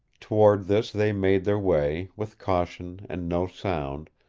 toward this they made their way, with caution and no sound,